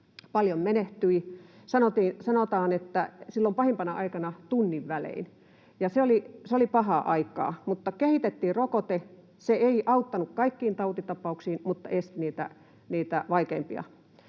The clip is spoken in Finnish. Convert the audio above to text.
paljon menehtyi, sanotaan, että silloin pahimpana aikana tunnin välein, ja se oli pahaa aikaa, mutta kehitettiin rokote. Se ei auttanut kaikkiin tautitapauksiin mutta esti niitä vaikeimpia.